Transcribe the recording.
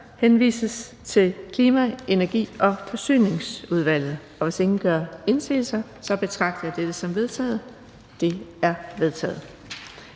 henvises til Klima-, Energi- og Forsyningsudvalget. Og hvis ingen gør indsigelse, betragter jeg dette som vedtaget. Det er vedtaget.